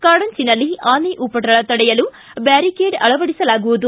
ಕಾಡಂಚಿನಲ್ಲಿ ಆನೆ ಉಪಟಳ ತಡೆಯಲು ಬ್ವಾರಿಕೇಟ್ ಅಳವಡಿಸಲಾಗುವುದು